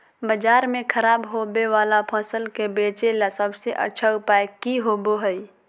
बाजार में खराब होबे वाला फसल के बेचे ला सबसे अच्छा उपाय की होबो हइ?